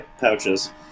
pouches